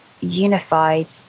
unified